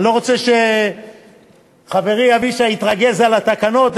אני לא רוצה שחברי אבישי יתרגז על התקנות,